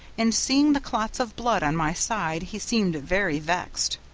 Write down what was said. and seeing the clots of blood on my side he seemed very vexed.